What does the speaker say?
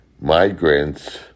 migrants